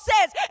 says